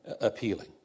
appealing